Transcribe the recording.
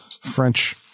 French